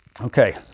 okay